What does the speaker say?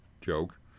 joke